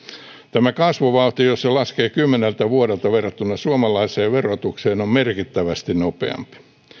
tämä kasvuvauhti jos sen laskee kymmeneltä vuodelta verrattuna suomalaiseen verotukseen on merkittävästi nopeampi